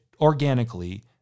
organically